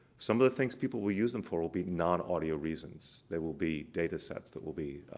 some of the things people will use them for will be nonaudio reasons. they will be data sets that will be